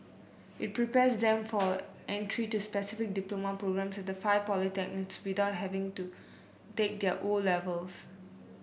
it prepares them for entry to specific diploma programmes at the five polytechnics without having to take their O levels